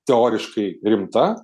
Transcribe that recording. teoriškai rimta